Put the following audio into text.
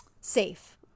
safe